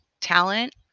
Talent